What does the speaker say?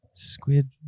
squid